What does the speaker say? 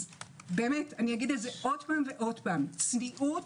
אומר שוב ושוב צניעות,